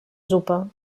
suppe